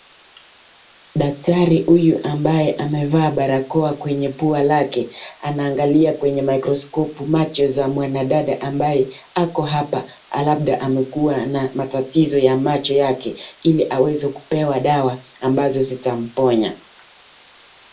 Daktari huyu ambaye amevaa barakoa kwenye pua lake anaangalia kwenye mikroskopu macho za mwanadada ambaye ako hapa alafu amekuwa na tatizo ya macho yake, ili aweze kupewa dawa ambazo zitamponya.